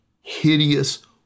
hideous